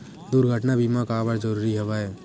दुर्घटना बीमा काबर जरूरी हवय?